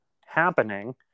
happening